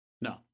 No